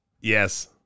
Yes